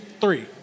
three